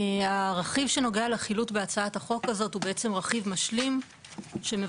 הרכיב שנוגע לחילוט בהצעת החוק הזאת הוא בעצם רכיב משלים שמבקש